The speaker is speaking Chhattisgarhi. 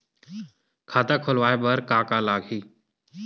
खाता खुलवाय बर का का लगही?